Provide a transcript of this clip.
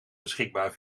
beschikbaar